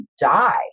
die